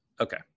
Okay